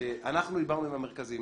שאנחנו דיברנו עם המרכזים,